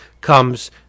comes